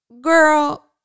Girl